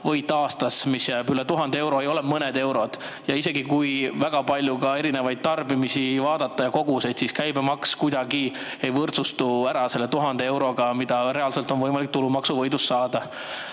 palgavõit aastas, mis jääb üle 1000 euro, ei ole mõned eurod. Isegi kui väga palju erinevaid tarbimisi vaadata ja koguseid, siis käibemaks kuidagi ei võrdsustu ära selle 1000 euroga, mida reaalselt on võimalik tulumaksuvõidust saada.